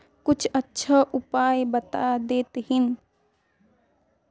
कुछ अच्छा उपाय बता देतहिन?